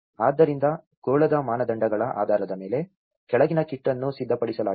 ಆದ್ದರಿಂದ ಗೋಳದ ಮಾನದಂಡಗಳ ಆಧಾರದ ಮೇಲೆ ಕೆಳಗಿನ ಕಿಟ್ ಅನ್ನು ಸಿದ್ಧಪಡಿಸಲಾಗಿದೆ